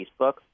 Facebook